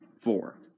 four